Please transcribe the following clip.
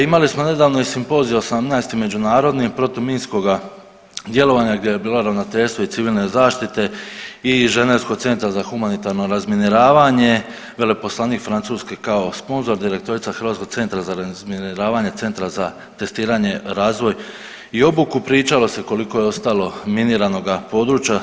Imali smo nedavno i simpozij 18. međunarodni protuminskoga djelovanja gdje je bilo ravnateljstvo i civilne zaštite i ženevskog centra za humanitarno razminiravanje, veleposlanik Francuske kao sponzor, direktorica Hrvatskog centra za razminiravanje, Centra za testiranje, razvoj i obuku, pričalo se koliko je ostalo miniranoga područja.